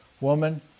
Woman